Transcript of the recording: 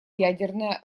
ядерное